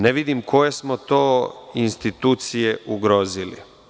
Ne vidim koje smo to institucije ugrozili.